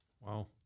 wow